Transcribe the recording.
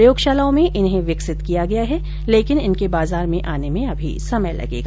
प्रयोगशालाओं में इन्हें विकसित किया गया है लेकिन इनके बाजार में आने में अभी समय लगेगा